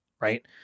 right